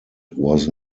was